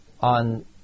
on